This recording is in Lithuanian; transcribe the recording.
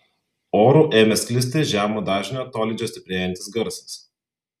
oru ėmė sklisti žemo dažnio tolydžio stiprėjantis garsas